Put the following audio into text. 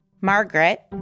Margaret